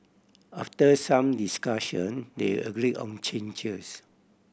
after some discussion they agreed on changes